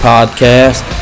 Podcast